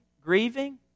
grieving